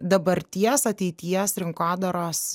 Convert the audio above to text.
dabarties ateities rinkodaros